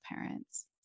parents